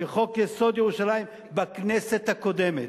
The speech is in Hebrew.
כחוק-יסוד: ירושלים, בכנסת הקודמת,